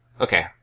Okay